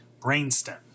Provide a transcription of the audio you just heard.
brainstem